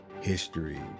History